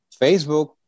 Facebook